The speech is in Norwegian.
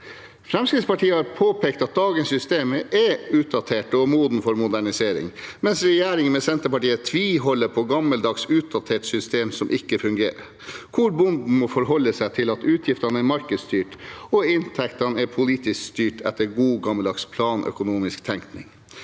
Fremskrittspartiet har påpekt at dagens system er utdatert og modent for modernisering, mens regjeringen, med Senterpartiet, tviholder på et gammeldags og utdatert system som ikke fungerer, hvor bonden må forholde seg til at utgiftene er markedsstyrt og inntektene er politisk styrt, etter god gammeldags planøkonomisk tenkning.